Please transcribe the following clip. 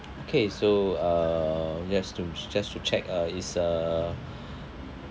okay so uh just to just to check uh is uh